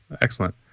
Excellent